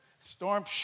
storm